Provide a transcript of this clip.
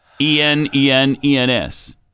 E-N-E-N-E-N-S